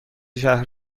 شهر